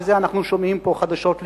שאת זה אנחנו שומעים פה חדשות לבקרים.